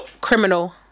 criminal